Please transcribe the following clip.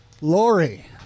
Lori